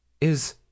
Is